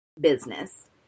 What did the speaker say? business